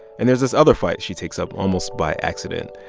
and there's this other fight she takes up almost by accident,